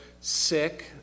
sick